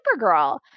supergirl